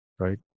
right